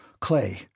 Clay